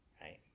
Right